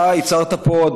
אתה ייצרת פה,